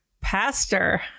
Pastor